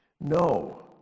No